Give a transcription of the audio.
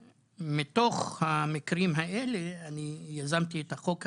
מתוך המקרים האלה אני יזמתי את החוק הזה.